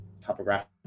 topographic